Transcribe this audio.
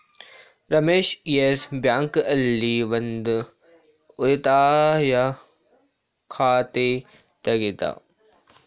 Ramesh Yes Bank ಆಲ್ಲಿ ಒಂದ್ ಉಳಿತಾಯ ಖಾತೆ ತೆಗೆದ